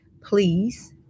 please